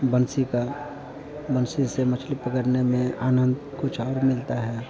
बंसी का बंसी से मछली पकड़ने में आनन्द कुछ और मिलता है